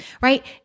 right